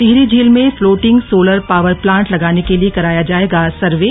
टिहरी झील में floating solar power plant लगाने के लिए कराया जाएगा सर्वे